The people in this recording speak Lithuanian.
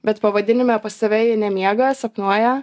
bet pavadinime pas tave ji nemiega sapnuoja